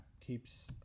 Keeps